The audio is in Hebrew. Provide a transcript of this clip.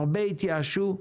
הרבה התייאשו.